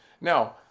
Now